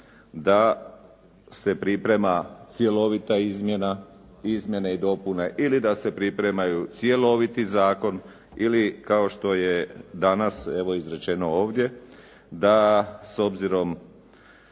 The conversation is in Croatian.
da se priprema cjelovita izmjena, izmjene i dopune, ili da se pripremaju cjeloviti zakon, ili kao što je danas, evo izrečeno ovdje da s obzirom